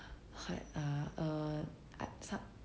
ah err